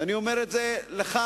ואני אומר את זה לך,